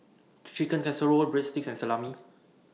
Chicken Casserole Breadsticks and Salami